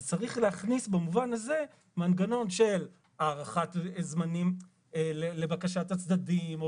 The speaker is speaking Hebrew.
אז צריך להכניס במובן הזה מנגנון של הערכת זמנים לבקשת הצדדים,